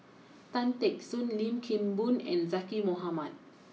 Tan Teck Soon Lim Kim Boon and Zaqy Mohamad